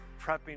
prepping